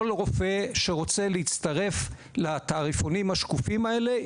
לכל רופא שרוצה להצטרף לתעריפונים השקופים האלה.